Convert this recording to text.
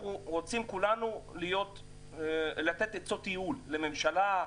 אנחנו רוצים כולנו לתת עצות ייעול לממשלה.